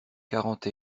quarante